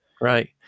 right